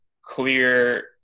clear